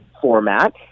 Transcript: format